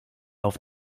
auf